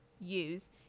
use